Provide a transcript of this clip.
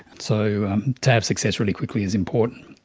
and so to have success really quickly is important.